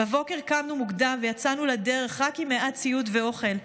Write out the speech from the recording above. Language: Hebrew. בבוקר קמנו מוקדם ויצאנו לדרך רק עם מעט ציוד ואוכל.